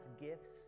gifts